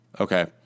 Okay